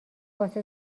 واسه